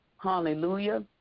Hallelujah